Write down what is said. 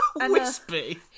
Wispy